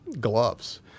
gloves